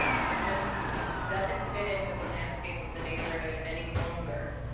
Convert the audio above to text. it's just doesn't fit in with the landscape of the neighborhood any longer.